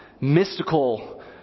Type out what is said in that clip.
mystical